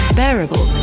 bearable